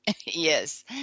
Yes